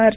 R